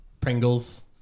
Pringles